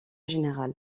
général